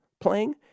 playing